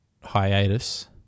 hiatus